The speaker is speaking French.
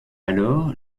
alors